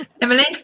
Emily